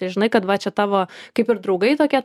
žinai kad va čia tavo kaip ir draugai tokie